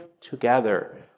together